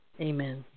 Amen